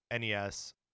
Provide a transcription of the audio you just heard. NES